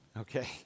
okay